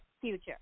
future